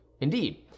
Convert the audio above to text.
Indeed